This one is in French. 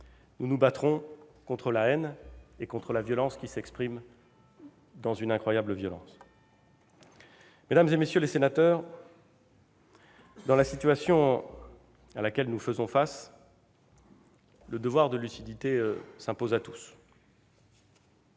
Nous nous battrons contre la haine, qui s'exprime dans une incroyable violence. Mesdames, messieurs les sénateurs, dans la situation à laquelle nous faisons face, le devoir de lucidité et